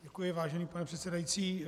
Děkuji, vážený pane předsedající.